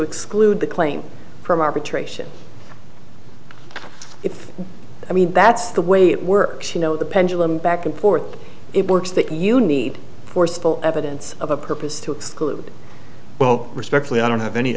exclude the claim from arbitration if i mean that's the way it works you know the pendulum back and forth it works that you need forceful evidence of a purpose to exclude well respectfully i don't have any